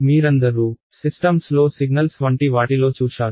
మీరందరూ సిస్టమ్స్లో సిగ్నల్స్ వంటి వాటిలో చూశారు